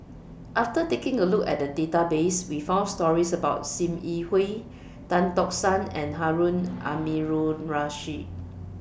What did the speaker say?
after taking A Look At The Database We found stories about SIM Yi Hui Tan Tock San and Harun Aminurrashid